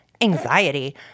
anxiety